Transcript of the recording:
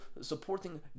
supporting